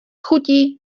chutí